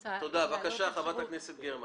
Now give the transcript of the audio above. בבקשה, חברת הכנסת גרמן.